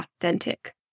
authentic